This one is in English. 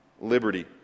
liberty